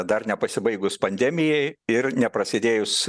dar nepasibaigus pandemijai ir neprasidėjus